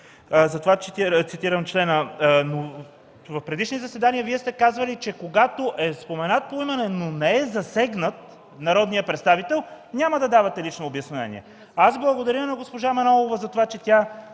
затова цитирам члена. В предишни заседания Вие сте казвали, че когато е споменат поименно, но не е засегнат народният представител, няма да давате лично обяснение. Аз благодаря на госпожа Манолова затова, че тя